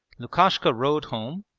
lukashka rode home,